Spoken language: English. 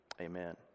amen